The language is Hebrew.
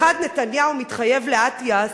מחד גיסא נתניהו מתחייב לאטיאס,